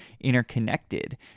interconnected